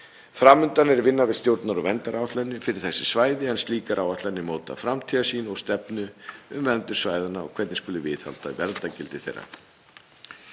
Fram undan er vinna við stjórnunar- og verndaráætlanir fyrir þessi svæði en slíkar áætlanir móta framtíðarsýn og stefnu um verndun svæðanna og hvernig skuli viðhalda verndargildi þeirra.